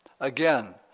Again